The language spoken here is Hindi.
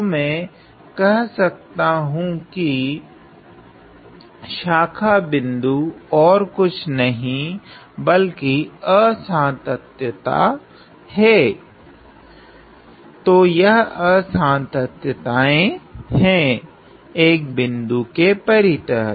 तो मैं कह सकता हूँ कि शाखा बिन्दु ओर कुछ नहीं बल्कि असांतत्यत हैं तो यह असांतत्यताएँ हैं एक बिन्दु के परीतः